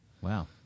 Wow